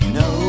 no